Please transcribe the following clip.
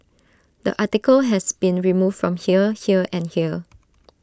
the article has been removed from here here and here